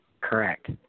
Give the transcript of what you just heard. Correct